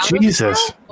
Jesus